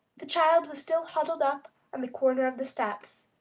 the child was still huddled up on the corner of the steps.